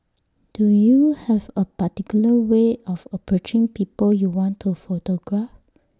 do you have A particular way of approaching people you want to photograph